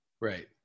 right